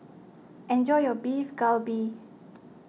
enjoy your Beef Galbi